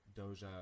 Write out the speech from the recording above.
Doja